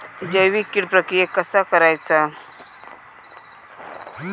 जैविक कीड प्रक्रियेक कसा करायचा?